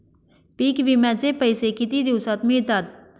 पीक विम्याचे पैसे किती दिवसात मिळतात?